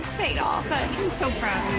paid off! i'm so proud